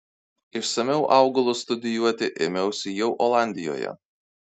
išsamiau augalus studijuoti ėmiausi jau olandijoje